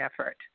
effort